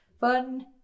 fun